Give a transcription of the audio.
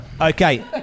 Okay